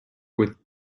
with